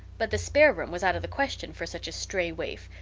but the spare room was out of the question for such a stray waif,